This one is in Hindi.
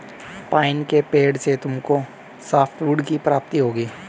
पाइन के पेड़ से तुमको सॉफ्टवुड की प्राप्ति होगी